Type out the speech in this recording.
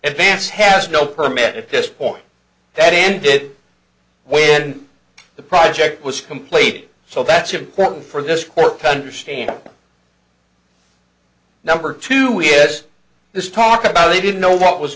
advance has no permit at this point that ended when the project was completed so that's important for this court tender stand number two we has this talk about they didn't know what was